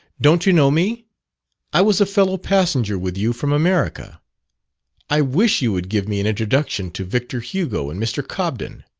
don't you know me i was a fellow passenger with you from america i wish you would give me an introduction to victor hugo and mr. cobden.